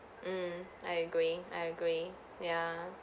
mm I agree I agree ya